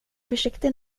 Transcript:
försiktig